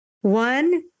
One